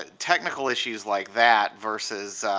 ah technical issues like that versus